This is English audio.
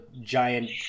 giant